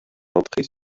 entrée